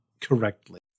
correctly